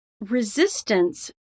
resistance